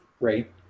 Right